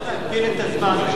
אדוני, אם אפשר להמתין את הזמן.